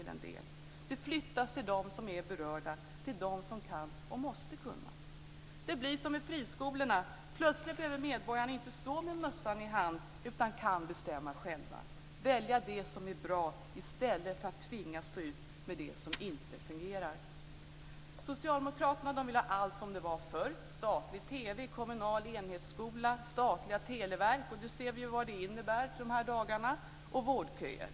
Den flyttas till dem som är berörda, till dem som kan och måste kunna. Det blir som med friskolorna. Plötsligt behöver medborgarna inte stå med mössan i hand utan de kan bestämma själva. De kan välja det som är bra i stället för att tvingas stå ut med det som inte fungerar. Socialdemokraterna vill ha allt som det var förr, dvs. statlig TV, kommunal enhetsskola, statliga televerk - och vi ser vad det innebär i dessa dagar - och vårdköer.